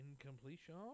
incompletion